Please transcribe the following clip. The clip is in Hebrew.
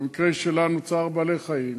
במקרה שלנו צער בעלי-חיים,